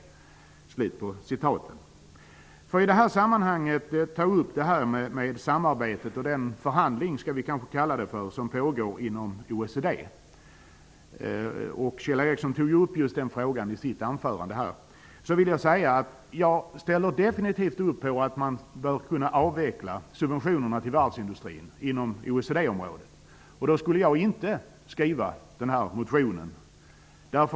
När det gäller den förhandling som pågår inom OECD -- Kjell Ericsson tog upp just den frågan i sitt anförande -- vill jag säga att jag definitivt ställer upp på att man bör kunna avveckla subventionerna till varvsindustrin inom OECD-området. Hade man gjort det skulle jag inte ha skrivit motionen.